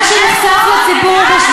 זה אור?